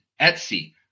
Etsy